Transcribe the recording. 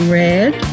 red